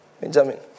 Benjamin